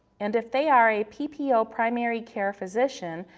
and if they are a ppo primary care physician,